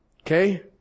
Okay